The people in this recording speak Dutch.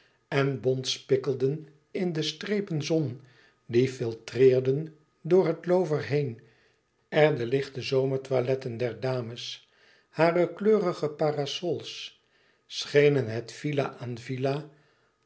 en bont spikkelden in de strepen zon die filtreerden door het loover heen er de lichte zomertoiletten der dames hare kleurige parasols schenen het villa aan